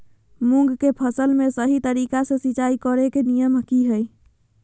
मूंग के फसल में सही तरीका से सिंचाई करें के नियम की हय?